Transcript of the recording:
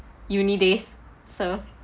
uni days so